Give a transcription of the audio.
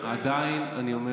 עדיין אני אומר